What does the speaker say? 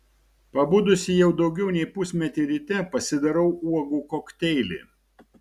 pabudusi jau daugiau nei pusmetį ryte pasidarau uogų kokteilį